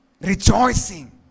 rejoicing